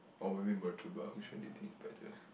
or maybe murtabak which one do you think is better